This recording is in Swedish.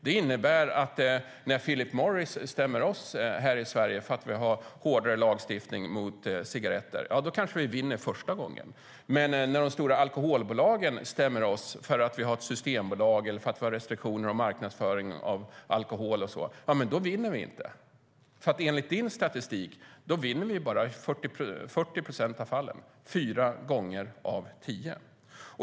Det innebär att när Philip Morris stämmer oss här i Sverige för att vi har hårdare lagstiftning mot cigaretter kanske vi vinner första gången, men när de stora alkoholbolagen stämmer oss för att vi har ett systembolag eller för att vi har restriktioner om marknadsföring av alkohol vinner vi inte. Enligt din statistik vinner vi i bara 40 procent av fallen, fyra gånger av tio.